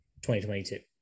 2022